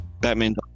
Batman